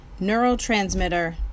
neurotransmitter